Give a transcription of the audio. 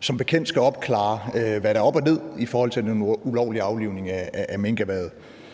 som bekendt skal opklare, hvad der er op og ned i forhold til den ulovlige nedlægning af minkerhvervet.